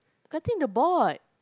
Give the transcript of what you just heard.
cutting the board